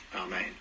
Amen